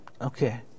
Okay